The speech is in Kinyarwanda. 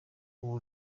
uwo